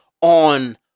on